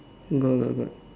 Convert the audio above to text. got got got